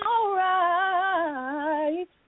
alright